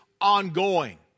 ongoing